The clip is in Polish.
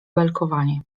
belkowanie